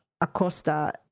Acosta